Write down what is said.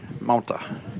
Malta